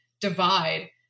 divide